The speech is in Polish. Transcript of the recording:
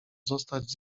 zostać